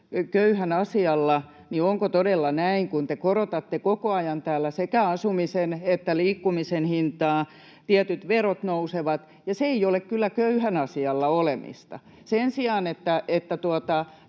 köyhän asialla, niin onko todella näin, kun te korotatte koko ajan täällä sekä asumisen että liikkumisen hintaa ja tietyt verot nousevat? Se ei ole kyllä köyhän asialla olemista. Sen sijaan, että